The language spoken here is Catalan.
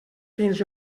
fins